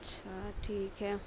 اچھا ٹھیک ہے